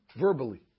verbally